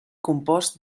compost